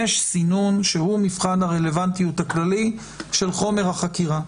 יש סינון והוא מבחן הרלוונטיות הכללי של חומר החקירה.